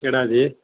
ਕਿਹੜਾ ਜੀ